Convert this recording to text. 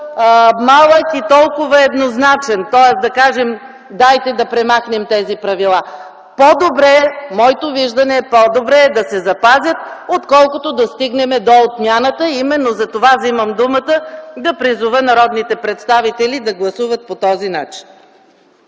малък и толкова еднозначен, тоест да кажем – дайте, да премахнем тези правила. Моето виждане е, че е по-добре те да се запазят, отколкото да стигнем до отмяната им. Именно затова вземам думата, за да призова народните представители да гласуват по този начин.